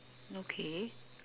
okay